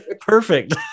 Perfect